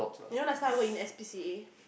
you know last time I work in S_P_C_A